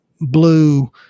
blue